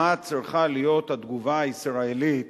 מה צריכה להיות התגובה הישראלית